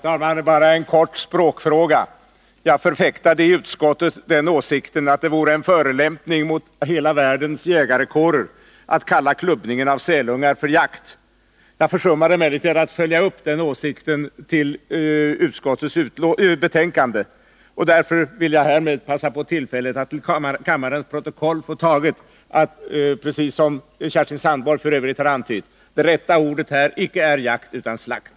Herr talman! Bara helt kort en språkfråga. Jag förfäktade i utskottet den åsikten att det vore en förolämpning mot världens alla jägarkårer att kalla klubbningen av sälungar för jakt. Jag försummade emellertid att följa upp den åsikten i utskottets betänkande. Därför vill jag härmed passa på tillfället att till kammarens protokoll få taget att — precis som Kerstin Sandborg f. ö. antydde — det rätta ordet här icke är jakt utan slakt.